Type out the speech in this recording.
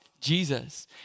Jesus